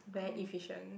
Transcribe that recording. very efficient